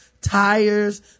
tires